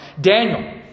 Daniel